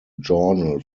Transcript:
journal